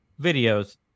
videos